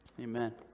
Amen